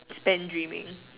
spent dreaming